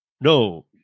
No